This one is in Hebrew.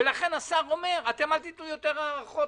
ולכן השר יגיד לא לתת יותר הארכות,